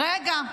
רגע.